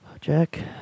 Jack